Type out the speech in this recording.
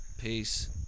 Peace